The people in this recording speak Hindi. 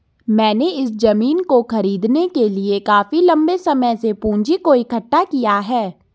मैंने इस जमीन को खरीदने के लिए काफी लंबे समय से पूंजी को इकठ्ठा किया है